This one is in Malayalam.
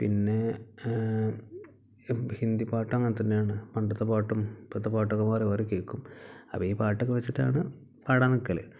പിന്നെ ഹിന്ദിപ്പാട്ട് അങ്ങനെ തന്നെയാണ് പണ്ടത്തെ പാട്ടും ഇപ്പോഴത്തെ പാട്ടും വേറെ വേറെ കേൾക്കും അവരീ പാട്ടൊക്കെ വെച്ചിട്ടാണ് പാടാൻ നിൽക്കൽ